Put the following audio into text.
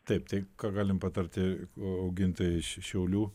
taip tai ką galim patarti augintojai iš šiaulių